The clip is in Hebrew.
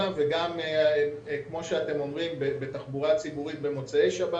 בקורונה ובתחבורה ציבורית במוצאי שבת.